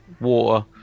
water